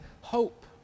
hope